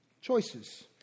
Choices